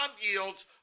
yields